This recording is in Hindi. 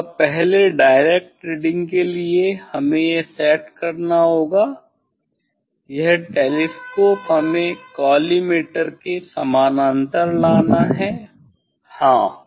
तो अब पहले डायरेक्ट रीडिंग के लिए हमें यह सेट करना होगा यह टेलीस्कोप हमें कॉलीमटोर के समानांतर लाना है हाँ